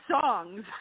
songs